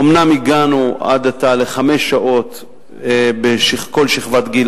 אומנם הגענו עד עתה לחמש שעות בכל שכבת גיל,